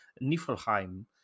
Niflheim